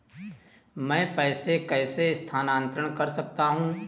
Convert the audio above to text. मैं पैसे कैसे स्थानांतरण कर सकता हूँ?